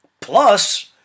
plus